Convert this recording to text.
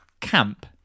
camp